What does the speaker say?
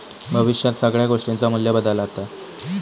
भविष्यात सगळ्या गोष्टींचा मू्ल्य बदालता